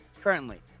Currently